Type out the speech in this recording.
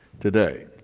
today